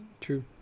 true